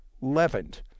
leavened